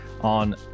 on